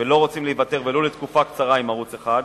ולא רוצים להיוותר ולו לתקופה קצרה עם ערוץ אחד,